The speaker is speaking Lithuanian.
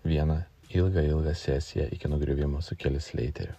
vieną ilgą ilgą sesiją iki nugriuvimo su keliu sleiteriu